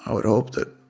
i would hope that